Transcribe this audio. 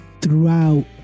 throughout